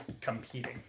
competing